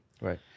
right